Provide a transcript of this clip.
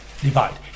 divide